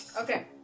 Okay